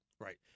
Right